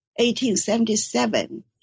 1877